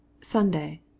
sunday